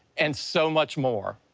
and so much more.